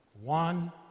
One